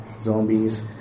zombies